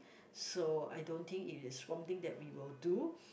so I don't think it is one thing that we will do